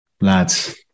lads